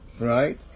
Right